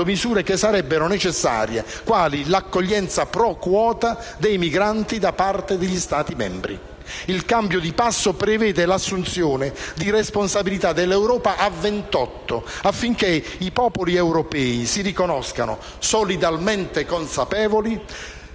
misure che sarebbero necessarie, quali l'accoglienza *pro quota* dei migranti da parte degli Stati membri. Il cambio di passo prevede l'assunzione di responsabilità dell'Europa a 28, affinché i popoli europei riconoscano, solidalmente consapevoli,